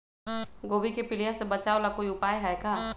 गोभी के पीलिया से बचाव ला कोई उपाय है का?